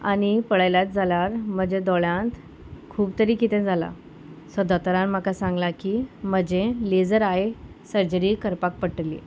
आनी पळयल्यात जाल्यार म्हज्या दोळ्यांत खूब तरी कितें जालां सो दोतोरान म्हाका सांगलां की म्हजें लेजर आय सर्जरी करपाक पडटली